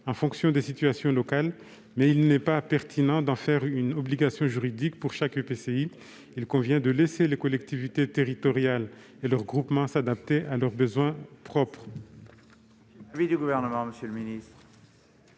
en fonction des situations locales, mais il n'est pas pertinent d'en faire une obligation juridique pour chaque EPCI. Il convient de laisser les collectivités territoriales et leurs groupements s'adapter à leurs besoins propres.